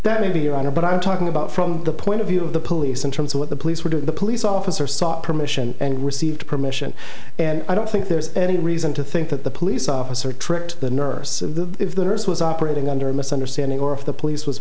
that maybe your honor but i'm talking about from the point of view of the police in terms of what the police were doing the police officer sought permission and received permission and i don't think there's any reason to think that the police officer tricked the nurse if the nurse was operating under a misunderstanding or if the police was